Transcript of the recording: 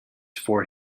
for